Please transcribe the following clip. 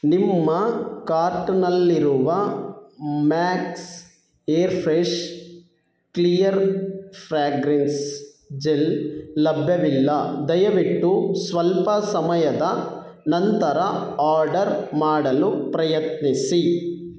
ನಿಮ್ಮ ಕಾರ್ಟ್ನಲ್ಲಿರುವ Max air fresh clear fragrance gel ಲಭ್ಯವಿಲ್ಲ ದಯವಿಟ್ಟು ಸ್ವಲ್ಪ ಸಮಯದ ನಂತರ ಆರ್ಡರ್ ಮಾಡಲು ಪ್ರಯತ್ನಿಸಿ